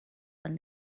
when